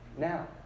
now